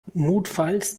notfalls